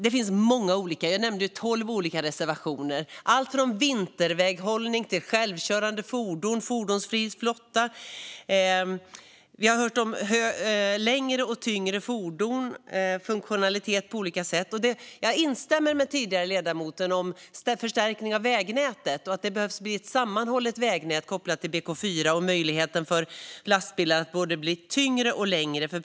Det finns många reservationer i betänkandet - jag nämnde våra tolv - om allt från vinterväghållning till självkörande fordon, fossilfri fordonsflotta, längre och tyngre fordon och funktionalitet på olika sätt. Jag instämmer med föregående talare när det gäller förstärkningen av vägnätet, att det behövs ett sammanhållet vägnät kopplat till BK4 och möjligheten för lastbilar att vara både tyngre och längre.